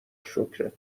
شکرت